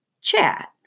chat